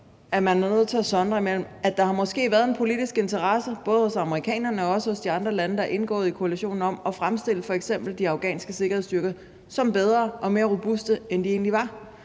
er man nødt til at sondre imellem, at der måske har været en politisk interesse, både hos amerikanerne og også hos de andre lande, der er indgået i koalitionen, om at fremstille f.eks. de afghanske sikkerhedsstyrker som bedre og mere robuste, end de egentlig var.